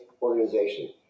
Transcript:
organization